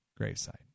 gravesite